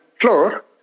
floor